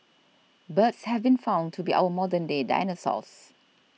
birds have been found to be our modern day dinosaurs